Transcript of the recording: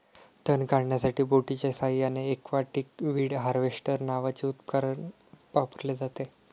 तण काढण्यासाठी बोटीच्या साहाय्याने एक्वाटिक वीड हार्वेस्टर नावाचे उपकरण वापरले जाते